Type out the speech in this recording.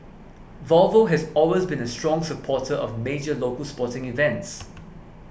volvo has always been a strong supporter of major local sporting events